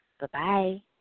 bye-bye